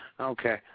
Okay